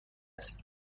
است